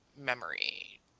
memory